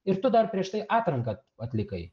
ir tu dar prieš tai atranką atlikai